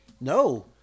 No